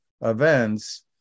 events